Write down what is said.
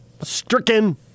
Stricken